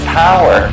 power